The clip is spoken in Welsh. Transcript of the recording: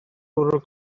bwrw